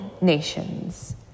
nations